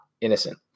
innocent